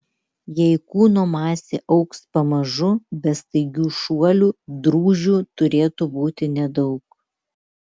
jei kūno masė augs pamažu be staigių šuolių drūžių turėtų būti nedaug